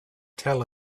tell